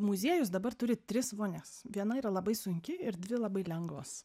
muziejus dabar turi tris vonias viena yra labai sunki ir dvi labai lengvos